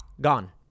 gone